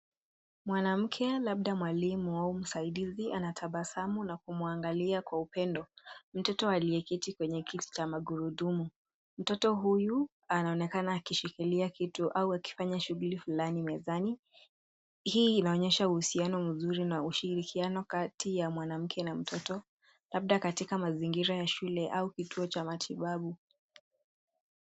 Mwanamke labda mwalimu au msaidizi anatabasamu na kumwangalia kwa upendo mtoto aliyeketi kwenye kiti cha magurudumu. Mtoto huyu anaonekana akishikilia kitu au akifanya shughuli fulani mezani. Hii inaonyesha uhusiano mzuri na ushirikiano kati ya mwanamke na mtoto labda katika mazingira ya shule au kituo cha matibabu.